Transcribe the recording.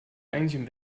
eigentlich